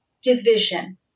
division